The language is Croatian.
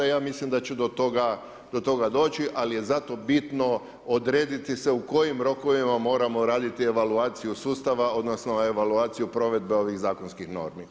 Ja mislim daće do toga doći ali je zato bitno odrediti se u kojem rokovima moramo raditi evaluaciju sustava odnosno evaluaciju provedbe ovih zakonskih normi.